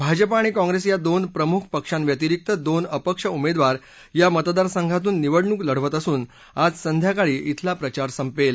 भाजपा आणि काँप्रेस या दोन प्रमुख पक्षांव्यतिरिक दोन अपक्ष उमेदवार या मतदारसंघातून निवडणूक लढवत असून आज संध्याकाळी धिला प्रचार संपेल